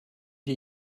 wir